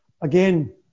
again